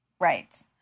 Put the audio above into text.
Right